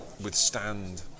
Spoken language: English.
withstand